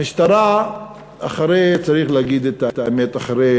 המשטרה אחרי, צריך להגיד את האמת, אחרי